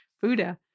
Buddha